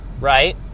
right